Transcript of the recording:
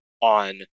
on